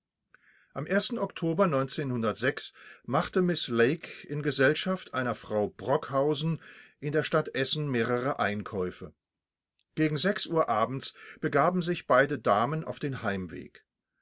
am oktober machte miß lake in gesellschaft einer frau brockhausen in der stadt essen mehrere einkäufe gegen uhr abends begaben sich beide damen auf den heimweg